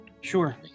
Sure